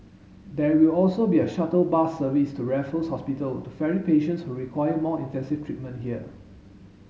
there will also be a shuttle bus service to Raffles Hospital to ferry patients who require more intensive treatment there